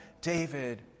David